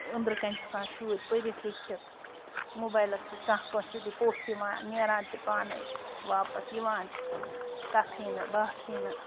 أنٛدرٕ کَنۍ چھِ آسان شُرۍ پٔرِتھ لیٚکھِتھ موبایلَس سۭتۍ کانٛہہ کٲنٛسہِ سۭتی پوٚژھ یِوان نیران تہِ پانَے واپَس یِوان تہِ کَتھٕے نہٕ باتھٕے نہٕ